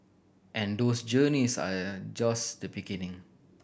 and those journeys are just the beginning